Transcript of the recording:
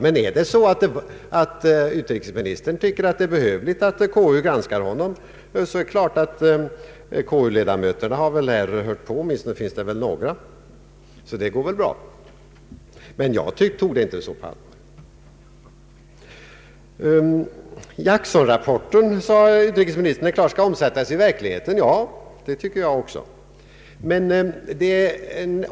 Men om utrikesministern anser att det är behövligt att konstitutionsutskottet granskar honom har säkerligen någon av dess ledamöter lyssnat till denna debatt så att detta går att ordna. Jag tog emellertid inte denna diskussion så mycket på allvar. Utrikesministern sade att Jacksonrapporten givetvis skall omsättas i verkligheten. Det tycker jag också.